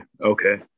Okay